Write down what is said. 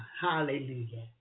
Hallelujah